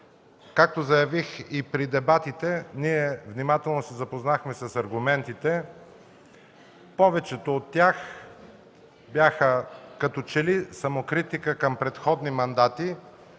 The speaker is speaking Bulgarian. Както заявих и при дебатите ние внимателно се запознахме с аргументите. Повечето от тях бяха като че ли самокритика към предходни мандати,